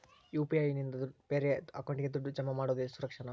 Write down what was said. UPI ನಿಂದ ಬೇರೆ ಅಕೌಂಟಿಗೆ ದುಡ್ಡು ಜಮಾ ಮಾಡೋದು ಸುರಕ್ಷಾನಾ?